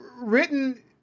written